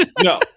No